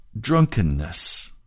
drunkenness